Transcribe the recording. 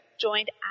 Joined